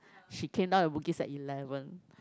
she came down to Bugis at eleven